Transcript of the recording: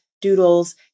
doodles